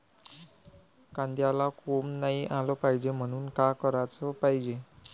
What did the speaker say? कांद्याला कोंब नाई आलं पायजे म्हनून का कराच पायजे?